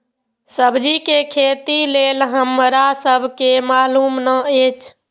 सब्जी के खेती लेल हमरा सब के मालुम न एछ?